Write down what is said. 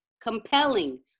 compelling